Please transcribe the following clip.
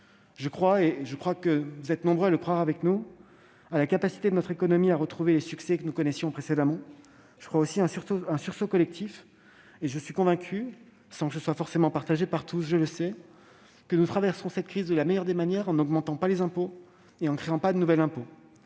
le chômage. Je crois, et vous êtes nombreux à y croire également, à la capacité de notre économie à retrouver les succès que nous connaissions précédemment. Je crois aussi à un sursaut collectif. Je suis convaincu- je sais que ce n'est pas partagé par tous -que nous traversons cette crise de la meilleure des manières possible, en n'augmentant pas les impôts et n'en créant pas de nouveau.